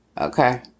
Okay